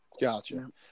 Gotcha